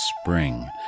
Spring